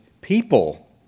people